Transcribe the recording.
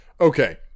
Okay